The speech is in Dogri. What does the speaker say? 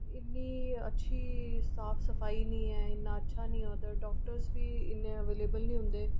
इन्नी अच्छी साफ सफाई नीं ऐ इन्ना अच्छा नेईं ऐ उद्धर डाक्टर्स बी उद्धर इन्ने अवेलबल नीं होंदे